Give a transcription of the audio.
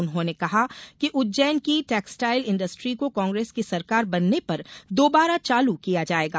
उन्होंने कहा कि उज्जैन के टेक्सटाइल इण्डस्ट्री को कांग्रेस की सरकार बनने पर दोबारा चालू किया जायेगा